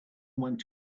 went